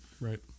Right